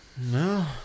No